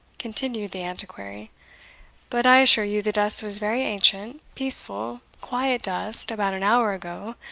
continued the antiquary but i assure you the dust was very ancient, peaceful, quiet dust, about an hour ago,